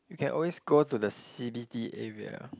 you can always go to the c_b_d area